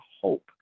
hope